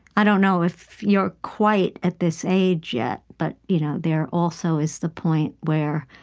i don't know if you're quite at this age yet, but you know there also is the point where